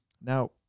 Now